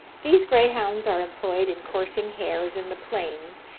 these greyhounds are employed in coursing hares in the plains,